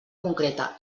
concreta